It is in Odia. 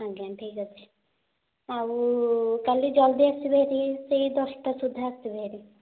ଆଜ୍ଞା ଠିକ୍ ଅଛି ଆଉ କାଲି ଜଲ୍ଦି ଆସିବେ ହେରି ସେହି ଦଶଟା ସୁଦ୍ଧା ଆସିବେ ହେରି